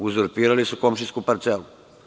Uzurpirali su komšijsku parcelu.